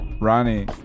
Ronnie